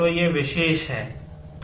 तो ये विषय हैं